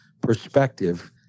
perspective